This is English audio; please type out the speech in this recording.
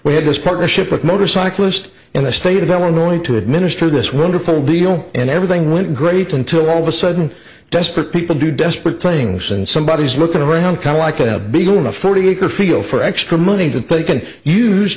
we had this partnership with motorcyclist in the state of illinois to administer this wonderful deal and everything went great until all of a sudden desperate people do desperate things and somebody is looking around kind of like a beagle in a forty acre field for extra money that they can use